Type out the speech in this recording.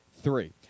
three